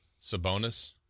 Sabonis